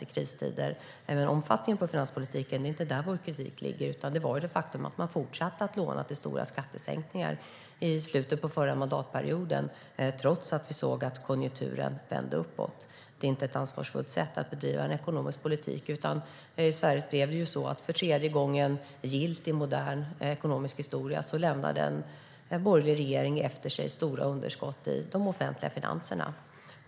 Vår kritik handlar inte om omfattningen av finanspolitiken utan om det faktum att man fortsatte att låna till stora skattesänkningar i slutet av förra mandatperioden trots att konjunkturen vände uppåt. Det är inte ett ansvarsfullt sätt att bedriva ekonomisk politik. För tredje gången gillt i modern ekonomisk historia lämnade en borgerlig regering efter sig stora underskott i de offentliga finanserna.